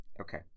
Okay